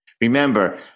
Remember